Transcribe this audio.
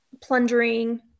plundering